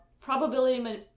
Probability